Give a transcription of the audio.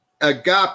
Agape